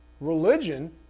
Religion